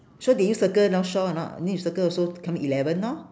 so did you circle north shore or not need to circle also to become eleven lor